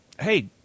hey